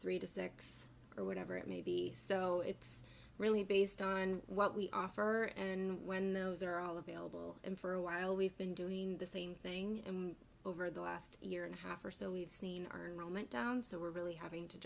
three to six or whatever it may be so it's really based on what we offer and when those are all available and for a while we've been doing the same thing over the last year and a half or so we've seen our own moment down so we're really having to